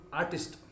artist